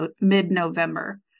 mid-November